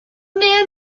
man